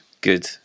good